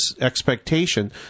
expectation